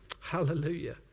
Hallelujah